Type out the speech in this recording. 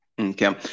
Okay